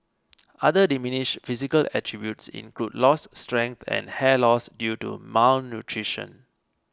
other diminished physical attributes include lost strength and hair loss due to malnutrition